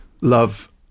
love